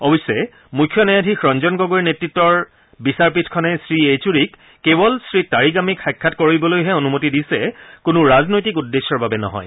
অৱশ্যে মুখ্য ন্যায়াধীশ ৰঞ্জন গগৈৰ নেতত্বৰ বিচাৰপীঠখনে শ্ৰী য়েচুৰীক কেৱল শ্ৰী টাৰিগামীক সাক্ষাৎ কৰিবলৈহে অনুমতি দিছে কোনো ৰাজনৈতিক উদ্দেশ্যৰ বাবে নহয়